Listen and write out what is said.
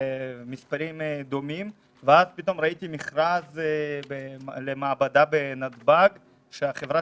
מספרים דומים ופתאום ראיתי במכרז למעבדה בנתב"ג שהחברה